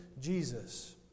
Jesus